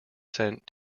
sent